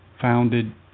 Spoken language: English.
founded